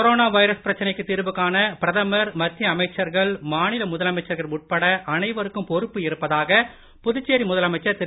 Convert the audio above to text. corona virus பிரச்சனைக்கு தீர்வு காண பிரதமர் மத்திய அமைச்சர்கள் மாநில முதலமைச்சர்கள் உட்பட அனைவருக்கும் பொறுப்பு இருப்பதாக புதுச்சேரி முதலமைச்சர் திரு